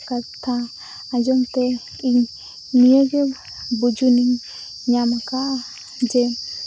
ᱠᱟᱛᱷᱟ ᱟᱸᱡᱚᱢ ᱛᱮ ᱤᱧ ᱱᱤᱭᱟᱹ ᱜᱮ ᱵᱩᱡᱩᱱᱤᱧ ᱧᱟᱢ ᱟᱠᱟᱜᱼᱟ ᱡᱮ